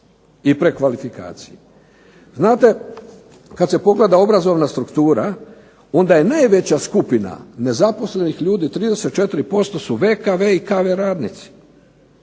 i kvalifikaciji. Znate kada se pogleda obrazovna struktura onda je najveća skupina nezaposlenih ljudi 34% su VKV i KV radnici.